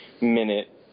minute